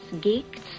Geeks